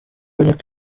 niko